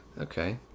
Okay